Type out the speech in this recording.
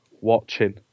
watching